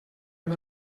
amb